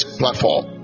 platform